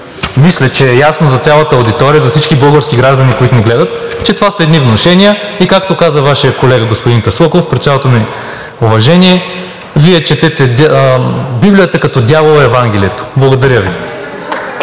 мисля, че е ясно за цялата аудитория и за всички български граждани, които ни гледат, че това са едни внушения и както каза Вашият колега господин Таслаков, при цялото ми уважение, Вие четете Библията като дявола Евангелието. Благодаря Ви.